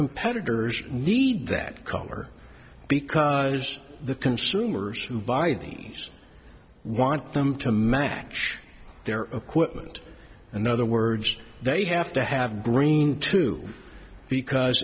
competitors need that color because the consumers who buy these want them to match their own equipment in other words they have to have green too because